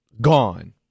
Gone